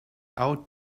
out